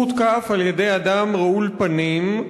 הוא הותקף על-ידי אדם רעול פנים,